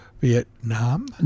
Vietnam